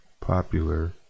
popular